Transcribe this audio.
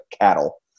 cattle